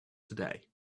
today